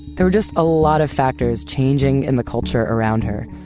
there were just a lot of factors changing in the culture around her.